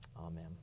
Amen